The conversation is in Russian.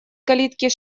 калитки